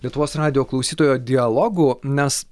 lietuvos radijo klausytojo dialogu nes